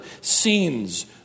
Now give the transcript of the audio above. scenes